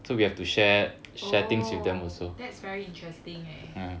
oh that's very interesting eh